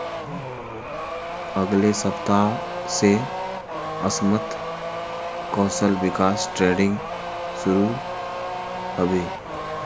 अगले सप्ताह स असमत कौशल विकास ट्रेनिंग शुरू ह बे